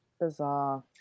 bizarre